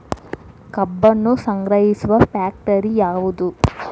ಕಬ್ಬನ್ನು ಸಂಗ್ರಹಿಸುವ ಫ್ಯಾಕ್ಟರಿ ಯಾವದು?